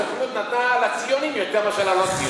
הסוכנות נתנה לציונים יותר מאשר ללא-ציונים.